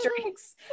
drinks